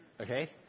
Okay